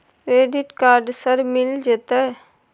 Credit card सर मिल जेतै?